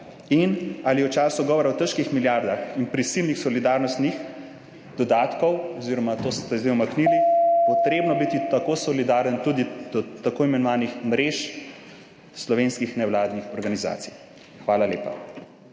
Ali je v času govora o težkih milijardah in prisilnih solidarnostnih dodatkih – oziroma to ste zdaj umaknili – potrebno biti tako solidaren tudi do tako imenovanih mrež slovenskih nevladnih organizacij? Hvala lepa.